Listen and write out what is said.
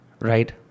right